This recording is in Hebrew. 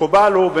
מקובל הוא,